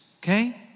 okay